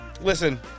Listen